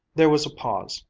there was a pause,